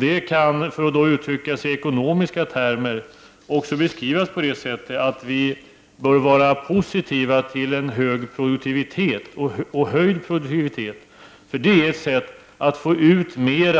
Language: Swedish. Det kan också beskrivas på det sättet — för att uttrycka det även i ekonomiska termer — att vi bör vara positiva till en höjd produktivitet; det är ett sätt att få ut mer